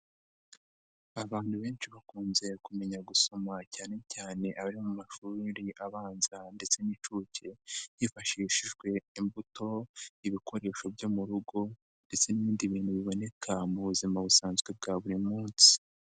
Abantu benshi bakunze kumenya gusoma cyane cyane abari mu mashuri abanza ndetse n'incuke, hifashishijwe imbuto, ibikoresho byo mu rugo ndetse n'ibindi bintu biboneka mu buzima busanzwe bwa buri munsi.